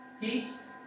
Peace